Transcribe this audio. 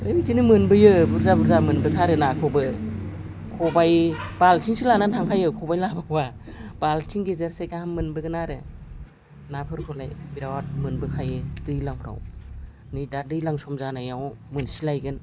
बिदिनो मोनबोयो बुरजा बुरजा मोनबोथारो नाखौबो खबाइ बालथिंसो लानानै थांखायो खबाइ लाबावा बालथिं गेजेरसे गाहाम मोनबोगोन आरो नाफोरखौलाय बिराद मोनबोखायो दैज्लांफ्राव नै दा दैज्लां सम जानायाव मोनसिलायगोन